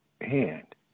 hand